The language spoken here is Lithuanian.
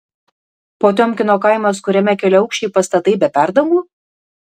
potiomkino kaimas kuriame keliaaukščiai pastatai be perdangų